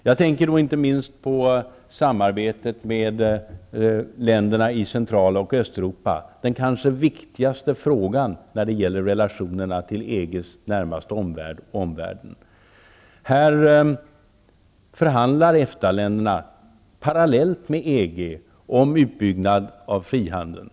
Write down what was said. Jag tänker då inte minst på samarbetet med länderna i Central och Östeuropa, den kanske viktigaste frågan när det gäller EG:s relationer till den närmaste omvärlden. EFTA-länderna förhandlar här parallellt med EG om utbyggnad av frihandeln.